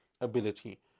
ability